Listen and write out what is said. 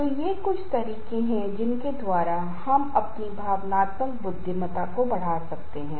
तो ये सरल युक्तियां हैं जो आपको अपने तनाव को प्रबंधित करने में मदद करेंगी